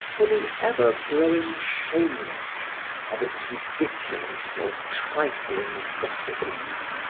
for the ever growing shamelessness of its ridiculous or trifling gossipings.